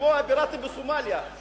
כמו הפיראטים בסומליה,